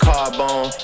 Carbone